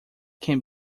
can